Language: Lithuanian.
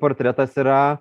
portretas yra